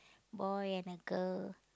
boy and a girl